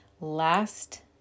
last